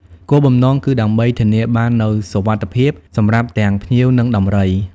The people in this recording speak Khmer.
គោលបំណងគឺដើម្បី ធានាបាននូវសុវត្ថិភាព សម្រាប់ទាំង ភ្ញៀវ និងដំរី។